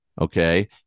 okay